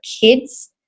kids